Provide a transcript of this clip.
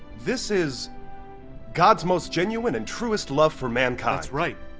this is god's most genuine, and truest love for mankind. that's right.